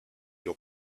your